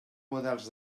models